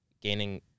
gaining